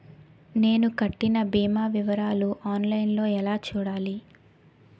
నేను కట్టిన భీమా వివరాలు ఆన్ లైన్ లో ఎలా చూడాలి?